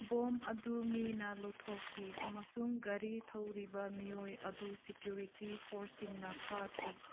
bomb ꯑꯗꯨ ꯃꯤꯅ ꯂꯧꯊꯣꯛꯈꯤ ꯑꯃꯁꯨꯡ ꯒꯥꯔꯤ ꯊꯧꯔꯤꯕ ꯃꯤꯑꯣꯏ ꯑꯗꯨ ꯁꯦꯀ꯭ꯌꯨꯔꯤꯇꯤ ꯐꯣꯔꯁꯁꯤꯡꯅ ꯐꯥꯈꯤ